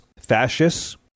fascists